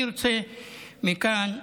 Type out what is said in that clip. אני רוצה מכאן לדבר,